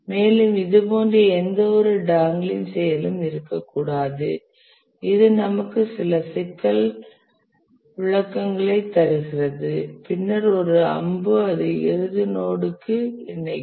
மேலும் இது போன்ற எந்தவொரு டாங்கிளிங் செயலும் இருக்கக்கூடாது இது நமக்கு சில சிக்கல் விளக்கங்களை தருகிறது பின்னர் ஒரு அம்பு அதை இறுதி நோட் க்கு இணைக்கும்